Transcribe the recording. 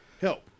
Help